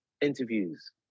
interviews